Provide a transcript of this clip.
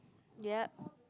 yep